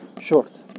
Short